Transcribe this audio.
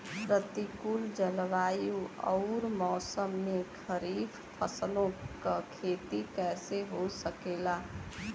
प्रतिकूल जलवायु अउर मौसम में खरीफ फसलों क खेती कइसे हो सकेला?